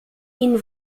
ihn